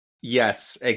yes